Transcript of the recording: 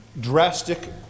drastic